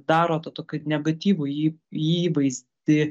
daro tą tokį negatyvųjį įvaizdį